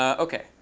ok.